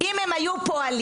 אם הם היו פועלים,